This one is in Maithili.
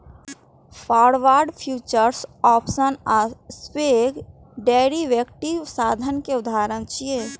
फॉरवर्ड, फ्यूचर्स, आप्शंस आ स्वैप डेरिवेटिव साधन के उदाहरण छियै